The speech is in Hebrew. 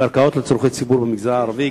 שחסרות קרקעות לצורכי ציבור במגזר הערבי.